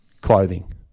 clothing